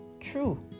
true